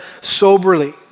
soberly